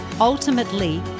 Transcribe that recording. Ultimately